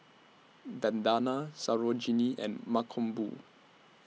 Vandana Sarojini and Mankombu